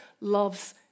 loves